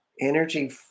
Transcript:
Energy